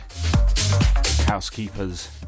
housekeepers